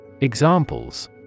Examples